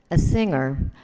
ah singer,